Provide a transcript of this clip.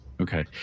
okay